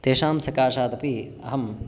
तेषां सकाशादपि अहम्